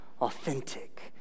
authentic